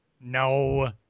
No